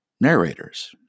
narrators